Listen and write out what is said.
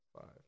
Five